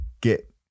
get